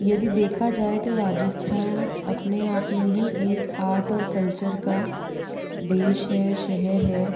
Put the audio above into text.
यदि देखा जाए तो राजस्थान अपने आप में ही एक आर्ट और कल्चर का देश है शहर है